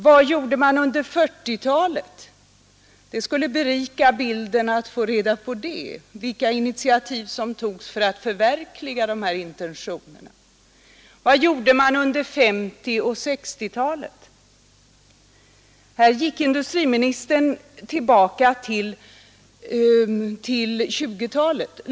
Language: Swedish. Vad gjorde man under 1940-talet, och vad gjorde man under 1950 och 1960-talen? Det skulle berika debatten om vi fick reda på vilka initiativ som då tagits för att förverkliga dessa intentioner. Industriministern gick tillbaka till 1920-talet.